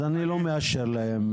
אז אני לא מאשר להם,